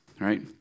right